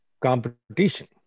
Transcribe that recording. competition